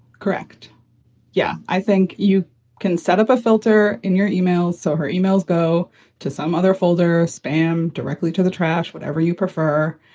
correct yeah. i think you can set up a filter in your email. so her emails go to some other folder spam directly to the trash, whatever you prefer,